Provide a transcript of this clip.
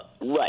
Right